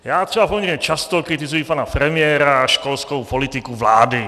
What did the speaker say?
Já třeba poměrně často kritizuji pana premiéra a školskou politiku vlády.